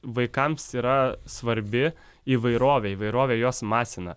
vaikams yra svarbi įvairovė įvairovė juos masina